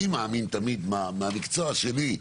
אני מאמין תמיד מהמקצוע שלי,